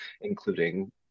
including